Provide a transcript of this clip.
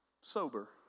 sober